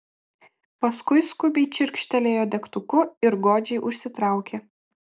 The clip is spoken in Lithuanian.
paskui skubiai čirkštelėjo degtuku ir godžiai užsitraukė